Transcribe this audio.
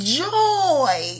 joy